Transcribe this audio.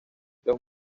los